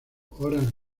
horas